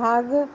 भाॻ